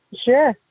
Sure